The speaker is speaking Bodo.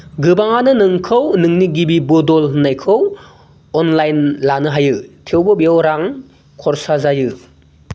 गोबाङानो नोंखौ नोंनि गिबि बदल होनायखौ अनलाइन लानो हायो थेवबो बेयाव रां खरसा जायो